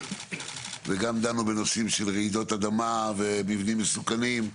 וגם דנו בנושאים של רעידות אדמה, ומבנים מסוכנים.